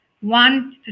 one